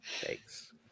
Thanks